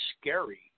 scary